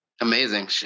Amazing